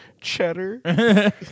Cheddar